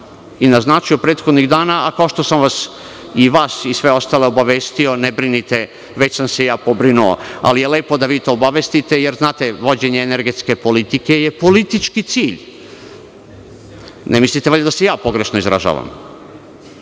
i naznačio prethodnih dana, a kao što sam i vas i sve ostale obavestio, ne brinite već sam se ja pobrinuo, ali je lepo da vi to obavestite, jer znate vođenje energetske politike je politički cilj. Ne mislite valjda da se ja pogrešno izražavam,